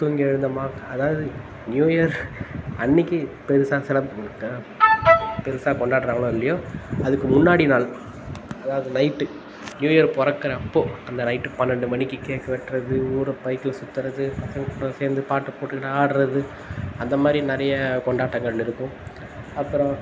தூங்கி எழுந்தோமா அதாவது நியூ இயர் அன்னைக்கு பெருசாக செலப் பண்ணமாட்டேன் பெருசாக கொண்டாடுறாகளோ இல்லையோ அதுக்கு முன்னாடி நாள் அதாவது நைட்டு நியூ இயர் பிறக்குறப்போ அந்த நைட்டு பன்னெண்டு மணிக்கு கேக் வெட்டுறது ஊரை பைக்கில் சுத்துறது பசங்கள்கூட சேர்ந்து பாட்டுக்கு போட்டுக்கின்னு ஆடுறது அந்த மாதிரி நிறைய கொண்டாட்டங்கள் இருக்கும் அப்புறம்